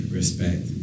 respect